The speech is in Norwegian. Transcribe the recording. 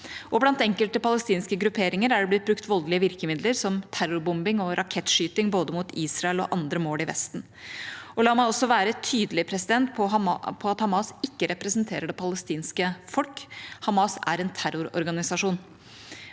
Blant enkelte palestinske grupperinger er det blitt brukt voldelige virkemidler som terrorbombing og rakettskyting mot både Israel og andre mål i Vesten. La meg også være tydelig på at Hamas ikke representerer det palestinske folk. Hamas er en terrororganisasjon,